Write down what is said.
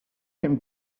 him